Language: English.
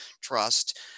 trust